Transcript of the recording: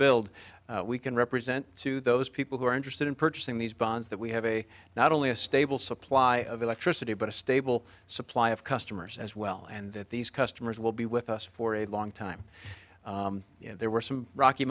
build we can represent to those people who are interested in purchasing these bonds that we have a not only a stable supply of electricity but a stable supply of customers as well and that these customers will be with us for a long time there were some rocky